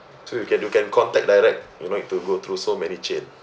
through you can you can contact direct you know to go through so many chain